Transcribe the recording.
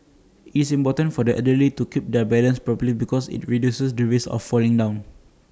it's important for the elderly to keep their balance properly because IT reduces the risk of falling down